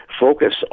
focus